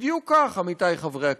בדיוק כך, עמיתי חברי הכנסת,